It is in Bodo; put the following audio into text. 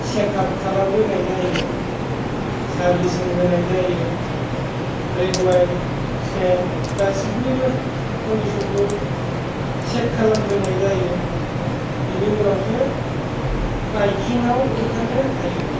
सेकाप खालामग्रोनाय जायो सारबिसिं होनाय जायो ब्रेक अयल सेन गासिनिबो कन्डिशन खौ चेक खालामग्रोनाय जायो बिनि उनावसो बाइकिं आव ओंखारनो हायो